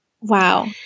Wow